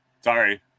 sorry